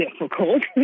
difficult